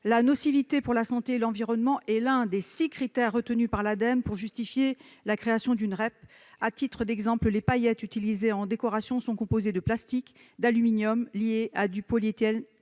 La nocivité pour la santé et l'environnement est l'un des six critères retenus par l'Ademe pour justifier la création d'une REP. À titre d'exemple, les paillettes utilisées en décoration sont composées de plastique et d'aluminium liés à du polyéthylène